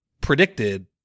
predicted